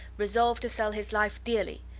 resolved to sell his life dearly,